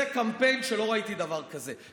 זה קמפיין שלא ראיתי דבר כזה,